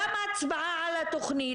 גם הצבעה על התוכנית,